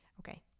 Okay